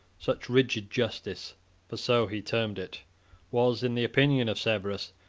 such rigid justice for so he termed it was, in the opinion of severus,